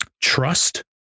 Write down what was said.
trust